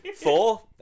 four